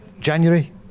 January